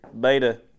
beta